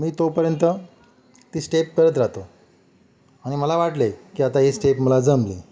मी तोपर्यंत ती स्टेप करत राहतो आणि मला वाटले की आता ही स्टेप मला जमली